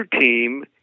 team